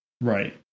Right